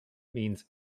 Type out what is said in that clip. means